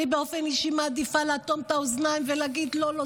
אני באופן אישי מעדיפה לאטום את האוזניים ולהגיד: לא לא,